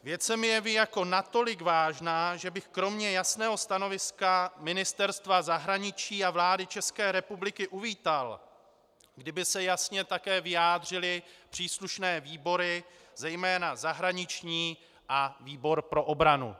Věc se mi jeví jako natolik vážná, že bych kromě jasného stanoviska Ministerstva zahraničí a vlády ČR uvítal, kdyby se jasně také vyjádřily příslušné výbory, zejména zahraniční a výbor pro obranu.